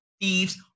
thieves